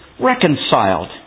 Reconciled